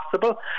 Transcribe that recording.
possible